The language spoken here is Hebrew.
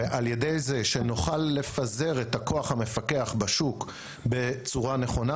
ועל ידי זה שנוכל לפזר את הכוח המפקח בשוק בצורה נכונה,